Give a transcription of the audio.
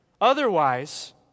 Otherwise